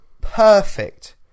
perfect